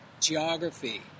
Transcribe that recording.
geography